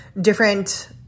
different